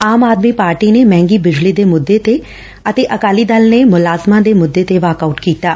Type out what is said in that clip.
ਆਮ Aadmi party ਨੇ ਮਹਿੰਗੀ ਬਿਜਲੀ ਦੇ ਮੁੱਦੇ ਤੇ ਅਤੇ ਅਕਾਲੀ ਦਲ ਨੇ ਮੁਲਾਜ਼ਮਾਂ ਦੇ ਮੁੱਦੇ ਤੇ ਵਾਕ ਆਊਟ ਕੀਤੈ